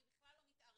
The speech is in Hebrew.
אני בכלל לא מתערבת.